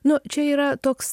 nu čia yra toks